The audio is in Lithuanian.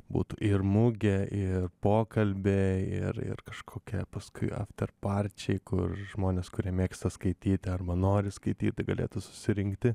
būtų ir mugė ir pokalbiai ir ir kažkokia paskui after parčiai kur žmonės kurie mėgsta skaityti arba nori skaityti galėtų susirinkti